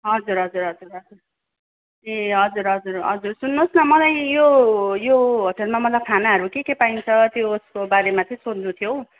हजुर हजुर हजुर हजुर ए हजुर हजुर हजुर सुन्नुहोस् न मलाई यो यो होटलमा मलाई खानाहरू के के पाइन्छ त्यसको बारेमा चाहिँ सोध्नु थियो हौ